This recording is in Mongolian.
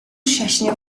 шашны